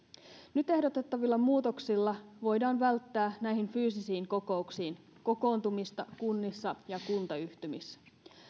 nyt ehdotettavilla muutoksilla voidaan välttää näihin fyysisiin kokouksiin kokoontumista kunnissa ja kuntayhtymissä